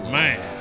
man